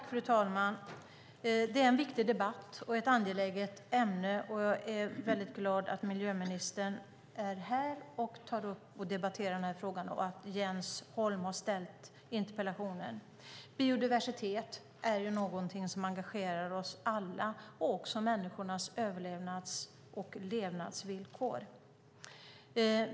Fru talman! Det är en viktig debatt och ett angeläget ämne. Jag är glad att miljöministern är här och debatterar denna fråga och att Jens Holm har ställt interpellationen. Biodiversitet är ju något som engagerar oss alla liksom människors överlevnads och levnadsvillkor.